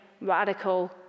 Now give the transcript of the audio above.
radical